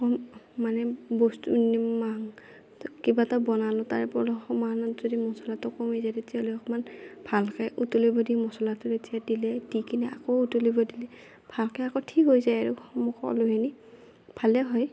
কম মানে বস্তু কিবা এটা বনালো তাৰপৰা সমানত যদি মচলাটো কমি যায় তেতিয়াহ'লে অকণমান ভালকৈ উতলিব দি মচলাটো দি ঠেতেলিয়াই দি কিনে আকৌ উতলিব দিলে ভালকৈ আকৌ ঠিক হৈ যায় আৰু সকলোখিনি ভালে হয়